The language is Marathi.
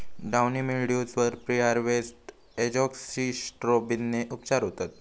डाउनी मिल्ड्यूज वर प्रीहार्वेस्ट एजोक्सिस्ट्रोबिनने उपचार होतत